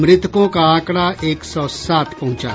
मृतकों का आंकड़ा एक सौ सात पहुंचा